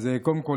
קודם כול,